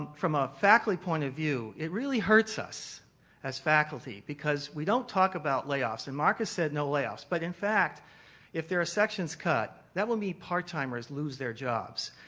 from a faculty point of view it really hurts us as faculty because we don't talk about layoffs and mark has said no layoffs but in fact if there are sections cut that will mean part timers lose their jobs.